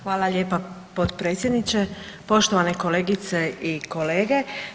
Hvala lijepo potpredsjedniče, poštovane kolegice i kolege.